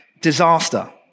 disaster